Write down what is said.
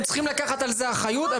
הם צריכים לקחת על זה אחריות.